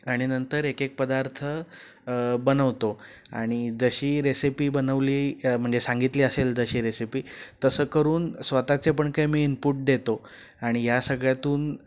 आणि नंतर एक एक पदार्थ बनवतो आणि जशी रेसिपी बनवली म्हणजे सांगितली असेल जशी रेसिपी तसं करून स्वतःचे पण काही मी इन्पूट देतो आणि या सगळ्यातून